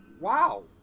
wow